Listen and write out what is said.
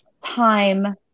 time